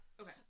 Okay